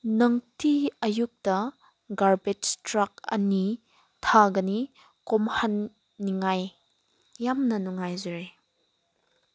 ꯅꯨꯡꯇꯤ ꯑꯌꯨꯛꯇ garbage truck ꯑꯅꯤ ꯊꯥꯒꯅꯤ ꯀꯣꯝꯍꯟꯅꯤꯡꯉꯥꯏ ꯌꯥꯝꯅ ꯅꯨꯡꯉꯥꯏꯖꯔꯦ